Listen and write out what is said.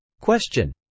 Question